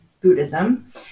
Buddhism